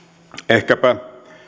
ehkäpä